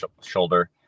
shoulder